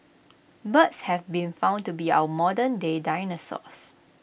birds have been found to be our modernday dinosaurs